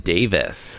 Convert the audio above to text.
Davis